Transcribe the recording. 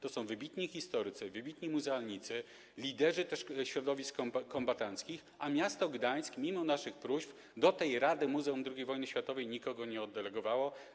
Tam są wybitni historycy, wybitni muzealnicy, liderzy środowisk kombatanckich, a miasto Gdańsk, mimo naszych próśb, do tej Rady Muzeum II Wojny Światowej nikogo nie oddelegowało.